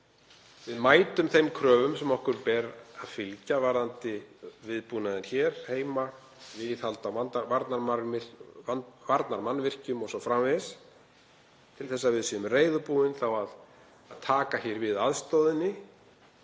við mætum þeim kröfum sem okkur ber að fylgja varðandi viðbúnaðinn hér heima, viðhalda varnarmannvirkjum o.s.frv., til þess að við séum reiðubúin að taka við aðstoðinni